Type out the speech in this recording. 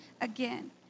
again